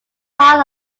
part